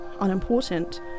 unimportant